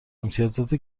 امتیازات